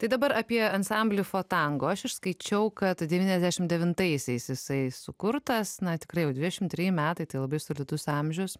tai dabar apie ansamblį fotango aš išskaičiau kad devyniasdešim devintaisiais jisai sukurtas na tikrai jau dvidešim treji metai tai labai solidus amžius